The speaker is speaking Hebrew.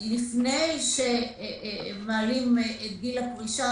לפני שמעלים את גיל הפרישה,